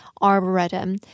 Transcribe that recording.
Arboretum